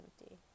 empty